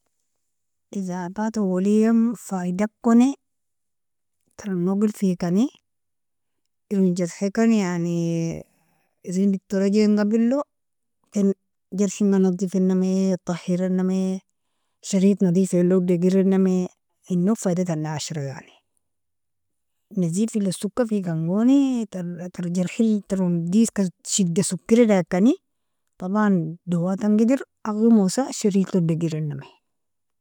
Aseafat alawilian faidakoni, taron nogel fekani, eron jerhikani yani erin dector joingabelo ken jehinga nadifinami, tahirinami, sharet nadif walog degerinami, inog faidatani ashra yani nazif elon sokafikan goni tar jarhil taron diska shida sokeradagkani taban dawatan gider agimosa sharetlog dagiranami.